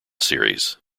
series